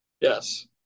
Yes